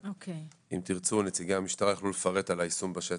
ואם תרצו נציגי המשטרה יוכלו לפרט על היישום בשטח.